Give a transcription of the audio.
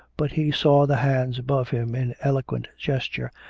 but he saw the hands above him in eloquent gesture,